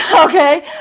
Okay